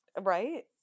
Right